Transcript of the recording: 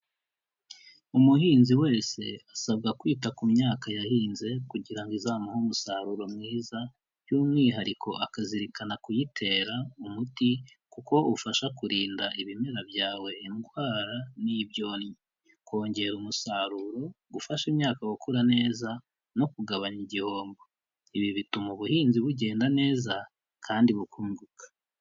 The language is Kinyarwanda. Umuhinzi wese asabwa kwita ku myaka yahinze kugira ngo izamuhe umusaruro mwiza, by'umwihariko akazirikana kuyitera umuti kuko ufasha kurinda ibimera byawe indwara n'ibyonnyi bikongera umusaruro , gufasha imyaka gukura neza no kugabanya igihombo. Ibi bituma ubuhinzi bugenda neza kandi bukunguka.